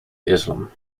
islam